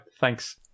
thanks